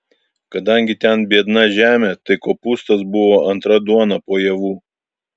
kadangi ten biedna žemė tai kopūstas būdavo antra duona po javų